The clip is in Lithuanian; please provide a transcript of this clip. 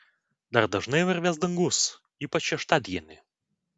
dar dažnai varvės dangus ypač šeštadienį